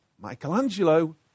Michelangelo